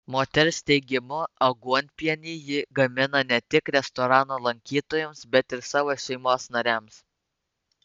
moters teigimu aguonpienį ji gamina ne tik restorano lankytojams bet ir savo šeimos nariams